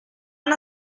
una